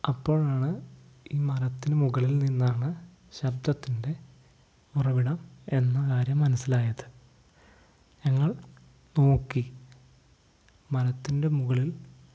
അപ്പോഴാണ് ഈ മരത്തിനു മുകളിൽ നിന്നാണു ശബ്ദത്തിൻ്റെ ഉറവിടം എന്ന കാര്യം മനസ്സിലായത് ഞങ്ങൾ നോക്കി മരത്തിൻ്റെ മുകളിൽ